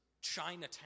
Chinatown